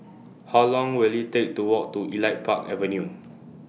How Long Will IT Take to Walk to Elite Park Avenue